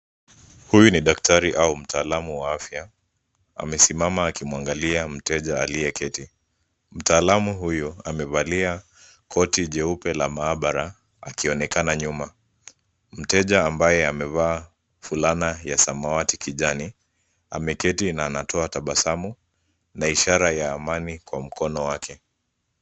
Huyu ni daktari au mtaalamu wa afya. Amesimama akimwangalia mteja aliyeketi. Mtaalamu huyu amevalia koti jeupe la maabara akionekana nyuma. Mteja ambaye amevaa fulana ya samawati kijani, ameketi na anatoa tabasamu na ishara ya amani kwa mkono wake.